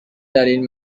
دلیل